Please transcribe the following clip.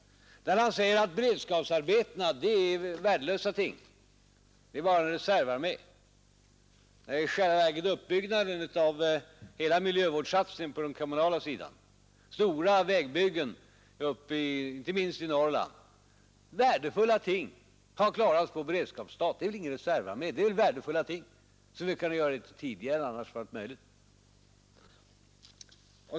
Han anser att beredskapsarbetena är värdelösa ting, det är bara en reservarmé. I själva verket är uppbyggnaden av hela miljövårdssatsningen på den kommunala sidan och stora vägbyggen, inte minst i Norrland, värdefulla ting fast de klaras på beredskapsstat. Det är väl ingen reservarmé, det är väl värdefulla ting som vi kan göra litet tidigare än annars varit möjligt.